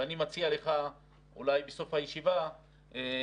ואני מציע לך אולי בסוף הישיבה נקבע